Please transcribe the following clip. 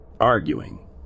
arguing